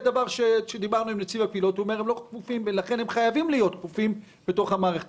הם חייבים להיות כפופים לענף הזה במערכת